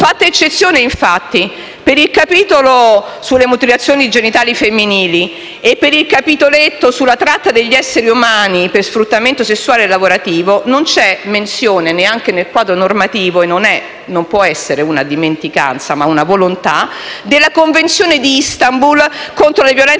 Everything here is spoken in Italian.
Fatta eccezione, infatti, per il capitolo sulle mutilazioni genitali femminili e per il capitoletto sulla tratta degli esseri umani per sfruttamento sessuale lavorativo, non c'è menzione, neanche nel quadro normativo - e non può essere una dimenticanza, ma una volontà - della Convenzione di Istanbul contro la violenza sulle